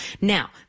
Now